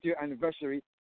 anniversary